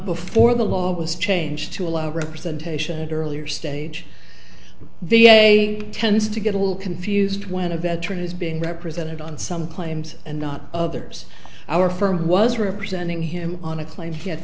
before the law was changed to allow representation at earlier stage v a tends to get a little confused when a veteran is being represented on some claims and not others our firm who was representing him on a claim he had